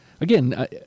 Again